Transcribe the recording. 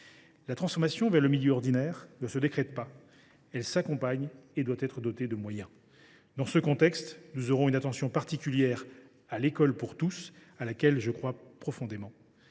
La transformation vers le milieu ordinaire ne se décrète pas. Elle s’accompagne et doit être dotée de moyens. Dans ce contexte, nous aurons une attention particulière à l’école pour tous, à laquelle je crois profondément.